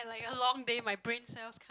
a long day my brain cells